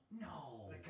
no